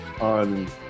on